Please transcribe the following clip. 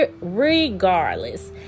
regardless